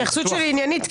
ההתייחסות שלי עניינית.